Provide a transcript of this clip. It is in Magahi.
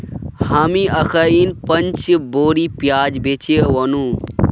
हामी अखनइ पांच बोरी प्याज बेचे व नु